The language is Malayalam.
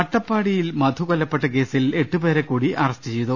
അട്ടപ്പാടിയിലെ മധു കൊല്ലപ്പെട്ട കേസിൽ എട്ടുപേരെക്കൂടി അറസ്റ്റ് ചെയ്തു